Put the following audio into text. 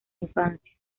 infancia